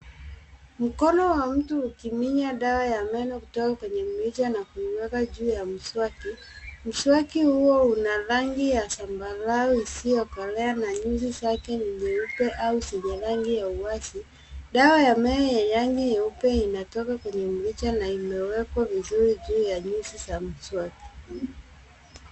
Mkono wa mtu ukiminya dawa ya meno kutoka kwenye mrija na kuiweka juu ya mswaki. Mswaki huo una rangi ya zambarau isiyokolea na nyuzi zake nyeupe au zenye rangi ya wazi. Dawa ya meno yenye rangi nyeupe inatoka kwenye mrija na imewekwa vizuri juu ya nyuzi za mswaki.